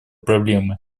проблемы